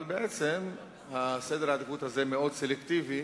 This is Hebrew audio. אבל בעצם סדר העדיפויות הזה מאוד סלקטיבי